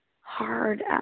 hard